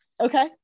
Okay